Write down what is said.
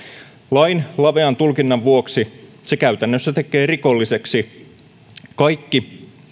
lain lavean tulkinnan vuoksi se käytännössä tekee rikollisiksi kaikki